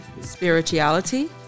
Spirituality